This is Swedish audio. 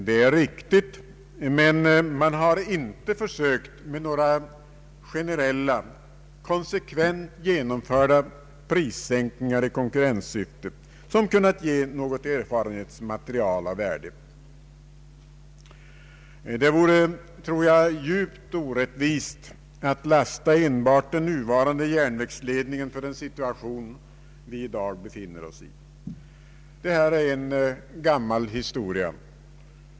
Detta är riktigt, men det har inte gjorts några försök med generella, konsekvent genomförda prissänkningar som kunnat ge något erfarenhetsmaterial av värde. Det vore djupt orättvist att lasta enbart den nuvarande järnvägsledningen för den situation vi i dag befinner oss i. Detta är en gammal historia.